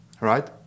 Right